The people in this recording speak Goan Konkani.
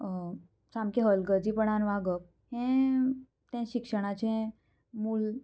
सामकें हलगजीपणान वागप हें तें शिक्षणाचें मूल